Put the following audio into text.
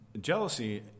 Jealousy